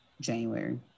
January